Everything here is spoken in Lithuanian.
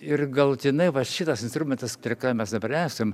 ir galutinai va šitas instrumentas prie kurio mes dabar esam